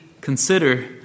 consider